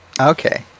Okay